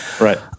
right